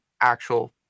actual